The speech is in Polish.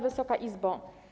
Wysoka Izbo!